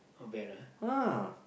!huh!